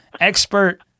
expert